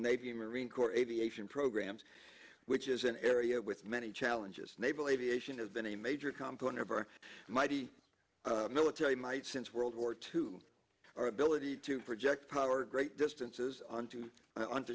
navy marine corps aviation programs which is an area with many challenges naval aviation has been a major component of our mighty military might since world war two our ability to project our great distances on to